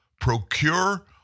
procure